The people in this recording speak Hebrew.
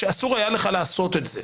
כשאסור היה לו לעשות את זה,